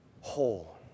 whole